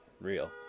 real